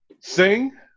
Sing